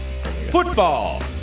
Football